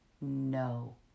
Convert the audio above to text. No